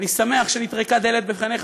אני שמח שנטרקה דלת בפניך,